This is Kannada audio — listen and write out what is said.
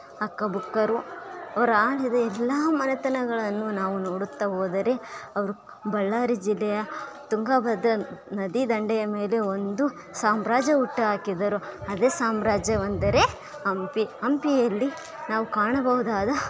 ಹಕ್ಕ ಬುಕ್ಕರು ಅವ್ರು ಆಳಿದ ಎಲ್ಲ ಮನೆತನಗಳನ್ನು ನಾವು ನೋಡುತ್ತಾ ಹೋದರೆ ಅವರು ಬಳ್ಳಾರಿ ಜಿಲ್ಲೆಯ ತುಂಗಭದ್ರ ನದಿ ದಂಡೆಯ ಮೇಲೆ ಒಂದು ಸಾಮ್ರ್ಯಾಜ್ಯ ಹುಟ್ಟು ಹಾಕಿದರು ಅದೇ ಸಾಮ್ರಾಜ್ಯವೆಂದರೇ ಹಂಪಿ ಹಂಪಿಯಲ್ಲಿ ನಾವು ಕಾಣಬಹುದಾದ